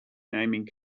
naming